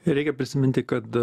reikia prisiminti kad